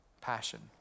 passion